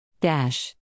Dash